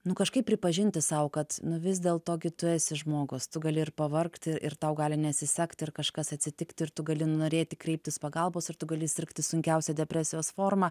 nu kažkaip pripažinti sau kad nu vis dėlto gi tu esi žmogus tu gali ir pavargt i ir tau gali nesisekt ir kažkas atsitikt ir tu gali norėti kreiptis pagalbos ir tu gali sirgti sunkiausia depresijos forma